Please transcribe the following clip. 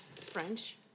French